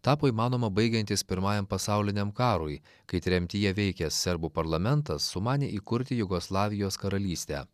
tapo įmanoma baigiantis pirmajam pasauliniam karui kai tremtyje veikęs serbų parlamentas sumanė įkurti jugoslavijos karalystę